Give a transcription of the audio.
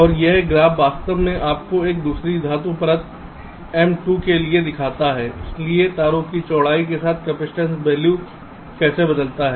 और यह ग्राफ वास्तव में आपको इस दूसरी धातु परत M 2 के लिए दिखाता है इसलिए तारों की चौड़ाई के साथ कपसिटंस वैल्यू कैसे बदलता है